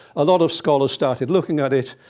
a lot of scholars started looking at it,